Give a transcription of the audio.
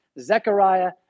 Zechariah